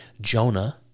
Jonah